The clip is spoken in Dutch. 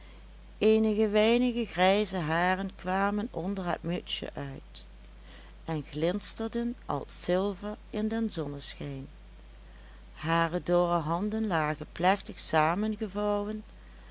eenige weinige grijze haren kwamen onder het mutsjen uit en glinsterden als zilver in den zonneschijn hare dorre handen lagen